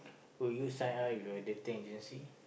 would you sign up with a dating agency